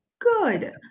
good